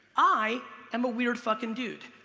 i am a weird fucking dude.